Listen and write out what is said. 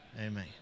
amen